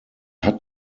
hat